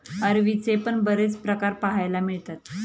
अरवीचे पण बरेच प्रकार पाहायला मिळतात